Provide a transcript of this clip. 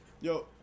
Yo